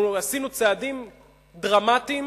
אנחנו עשינו צעדים דרמטיים,